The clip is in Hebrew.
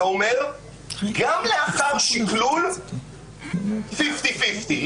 זה אומר שגם לאחר שקלול, זה 50%-50%.